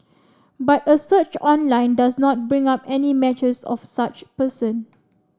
but a search online does not bring up any matches of such person